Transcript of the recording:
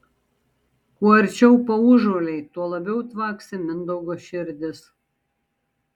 kuo arčiau paužuoliai tuo labiau tvaksi mindaugo širdis